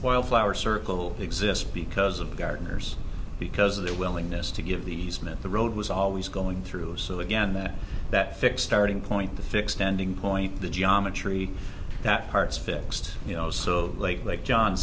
wildflowers circle exists because of gardeners because of their willingness to give the easement the road was always going through so again that that fixed starting point the fixed ending point the geometry that part's fixed you know so late like john